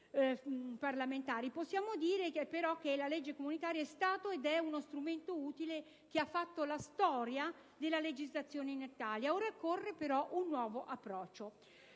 parlamentari. Possiamo dire però che la legge comunitaria è stata ed è uno strumento utile che ha fatto la storia della legislazione in Italia. Ora occorre però un nuovo approccio.